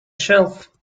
shelf